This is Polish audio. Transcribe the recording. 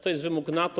To jest wymóg NATO.